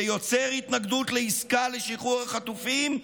זה יוצר התנגדות לעסקה לשחרור החטופים,